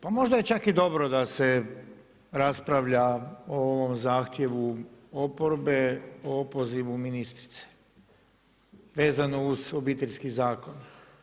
Pa možda je čak i dobro da se raspravlja o ovom zahtjevu oporbe o opozivu ministrice vezano uz Obiteljski zakon.